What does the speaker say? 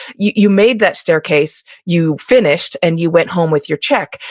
you you made that staircase, you finished, and you went home with your check.